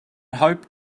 hoped